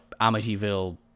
Amityville